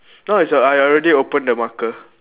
no it's I already open the marker